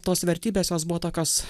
tos vertybės jos buvo tokios